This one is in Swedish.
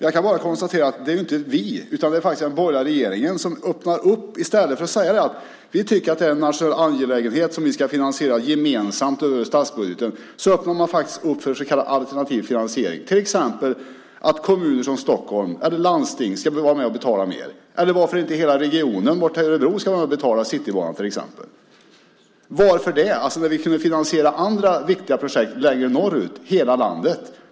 Jag kan bara konstatera att det inte är vi utan den borgerliga regeringen som i stället för att säga att det är en nationell angelägenhet som vi ska finansiera gemensamt över statsbudgeten öppnar upp för så kallad alternativ finansiering. Det handlar till exempel om att kommuner som Stockholm eller landsting ska behöva vara med och betala mer. Eller varför ska inte hela regionen bort till Örebro vara med och betala Citybanan? Varför inte, när vi kunde finansiera andra viktiga projekt längre norrut, hela landet?